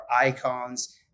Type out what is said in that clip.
icons